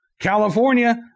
California